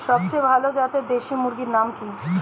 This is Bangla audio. সবচেয়ে ভালো জাতের দেশি মুরগির নাম কি?